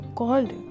called